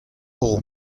hor